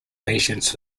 patients